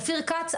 אופיר כץ,